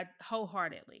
wholeheartedly